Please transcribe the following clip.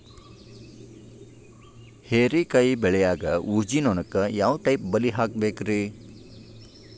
ಹೇರಿಕಾಯಿ ಬೆಳಿಯಾಗ ಊಜಿ ನೋಣಕ್ಕ ಯಾವ ಟೈಪ್ ಬಲಿ ಹಾಕಬೇಕ್ರಿ?